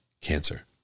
cancer